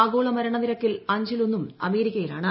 ആഗോള മരണനിരക്കിൽ അഞ്ചിലൊന്നും അമേരിക്ക യിലാണ്